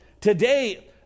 today